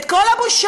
את כל הבושות,